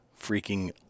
freaking